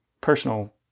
personal